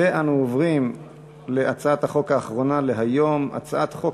אנו עוברים להצעת החוק האחרונה להיום: הצעת חוק